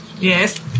Yes